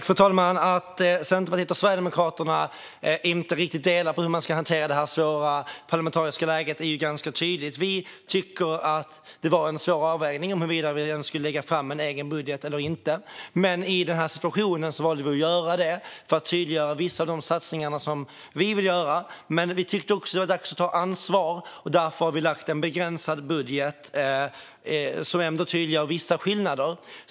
Fru talman! Att Centerpartiet och Sverigedemokraterna inte riktigt delar uppfattning om hur man ska hantera det svåra parlamentariska läget är ganska tydligt. Vi tyckte att det var en svår avvägning huruvida vi skulle lägga fram en egen budget eller inte, men i den här situationen valde vi att göra det för att tydliggöra vissa av de satsningar som vi vill göra. Men vi tyckte också att det var dags att ta ansvar, och därför har vi lagt fram en begränsad budget men som ändå tydliggör vissa skillnader.